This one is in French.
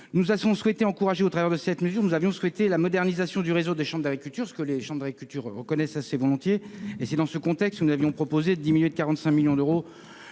Nous avons souhaité encourager, au travers de la mesure que vous avez évoquée, la modernisation du réseau des chambres d'agriculture, ce que ces dernières reconnaissent volontiers. C'est dans ce contexte que nous avons proposé de diminuer de 45 millions d'euros